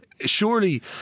surely